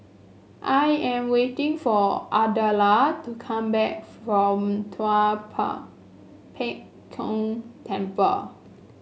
I am waiting for Ardella to come back from Tua Pek Kong Temple